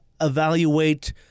evaluate